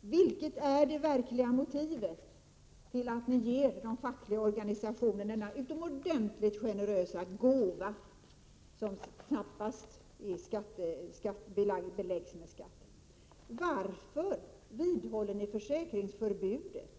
Vilket är det verkliga motivet till att ni ger de fackliga organisationerna denna utomordentligt generösa gåva, som knappast beläggs med skatt? Varför vidhåller ni försäkringsförbudet?